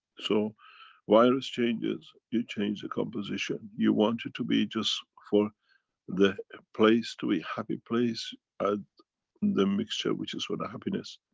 so virus changes, you change the composition. you want it to be just for the place, to be happy place, at the mixture which is for the happiness.